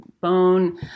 bone